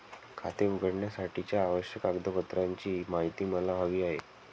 खाते उघडण्यासाठीच्या आवश्यक कागदपत्रांची माहिती मला हवी आहे